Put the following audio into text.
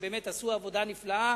שבאמת עשו עבודה נפלאה